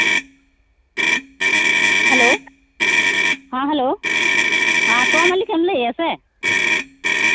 hello ᱦᱮᱸ hello ᱦᱮᱸ ᱛᱳᱣᱟ ᱢᱟᱹᱞᱤᱠᱮᱢ ᱞᱟᱹᱭᱮᱜᱼᱟ ᱥᱮ